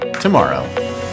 tomorrow